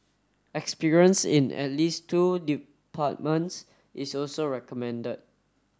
experience in at least two departments is also recommended